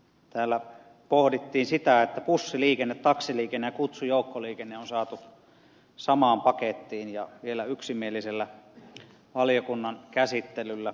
täällä pohdittiin sitä että bussiliikenne taksiliikenne ja kutsujoukkoliikenne on saatu samaan pakettiin ja vielä yksimielisellä valiokunnan käsittelyllä